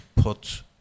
put